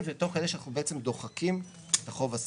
ותוך כדי שאנחנו בעצם דוחקים את החוב הסחיר.